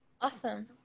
Awesome